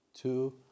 two